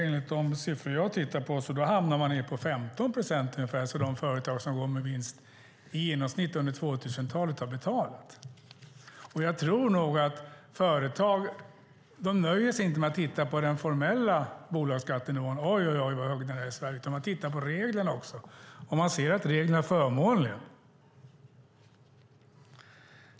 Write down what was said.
Enligt de siffror jag har tittat på hamnar man på ungefär 15 procent för den skatt de företag som går med vinst i genomsnitt har betalat under 2000-talet. Företag nöjer sig inte med att titta på den formella bolagsskattenivån och säga: Oj, oj, oj, vad hög den är i Sverige. De tittar också på reglerna och ser att reglerna är förmånliga.